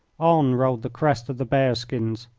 on rolled the crest of the bearskins,